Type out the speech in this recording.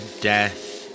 Death